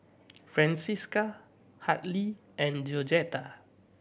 Francesca Hartley and Georgetta